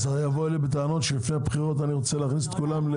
אז יבואו לי בטענות שלפני בחירות אני רוצה להכניס את כולם,